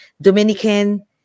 Dominican